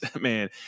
man